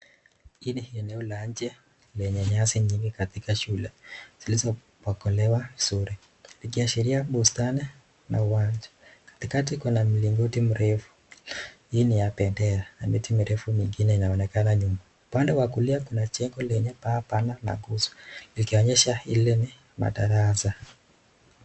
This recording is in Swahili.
Hii ni eneo la nje kwenye shule lenye nyasi nyingi zikiashiria bustani na uwanja. Katikati kuna mlingoti mrefu, hii ni ya bendera na miti mirefu mingine linaonekana nyuma. Pande wa kulia kuna jengo lenye paa kuonyesha hii ni darasa.